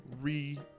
re